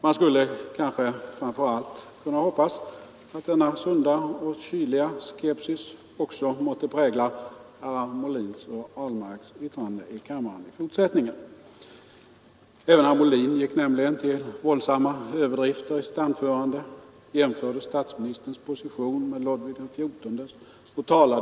Vad man kanske framför allt kunde ha anledning att stilla bedja om är att denna sunda och kyliga skepsis också måtte prägla herrar Molins och Ahlmarks yttranden här i kammaren i fortsättningen. Även herr Molin gick nämligen till våldsamma överdrifter i sitt anförande. Han jämförde Nr 110 - Tisdagen den sådana stora gester och vida rundslag.